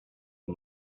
and